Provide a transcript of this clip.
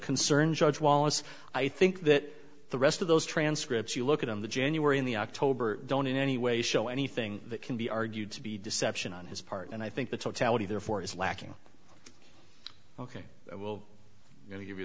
concern judge wallace i think that the rest of those transcripts you look at on the january in the october don't in any way show anything that can be argued to be deception on his part and i think the totality therefore is lacking ok i will give you